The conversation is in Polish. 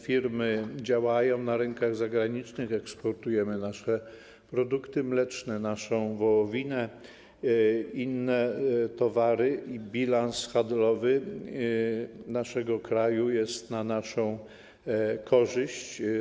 Firmy działają na rynkach zagranicznych, eksportujemy nasze produkty mleczne, naszą wołowinę, inne towary i bilans handlowy naszego kraju jest na naszą korzyść.